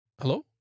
hello